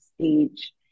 stage